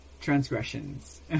transgressions